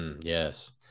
Yes